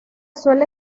suele